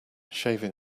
shaving